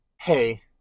hey